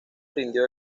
rindió